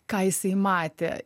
ką jisai matė